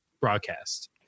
broadcast